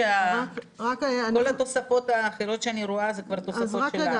כל התוספות האחרות שאני רואה זה כבר תוספות שלנו.